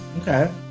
okay